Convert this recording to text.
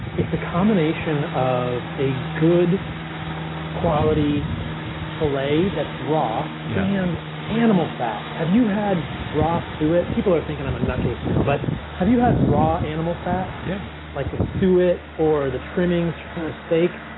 it's a combination of a good quality filet that's raw yeah and animal fat. have you had raw suet? people are thinking i'm a nut case now but have you had raw animal fat? yeah like the suet or the trimmings from a steak?